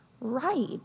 right